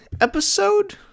episode